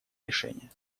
решения